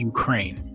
Ukraine